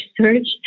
search